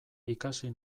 ikasi